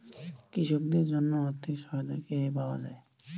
কৃষকদের জন্য আর্থিক সহায়তা কিভাবে পাওয়া য়ায়?